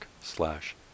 slash